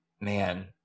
Man